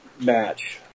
match